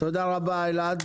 תודה רבה לך.